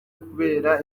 kubera